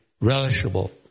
relishable